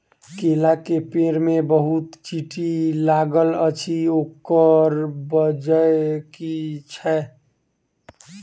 केला केँ पेड़ मे बहुत चींटी लागल अछि, ओकर बजय की छै?